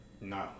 no